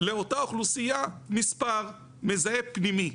לאותה אוכלוסייה מספר מזהה פנימי.